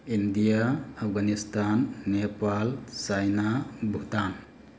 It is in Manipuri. India Afghanistan Nepal China Bhutan